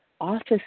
office